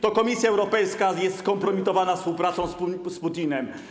To Komisja Europejska jest skompromitowana współpracą z Putinem.